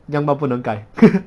样貌不能改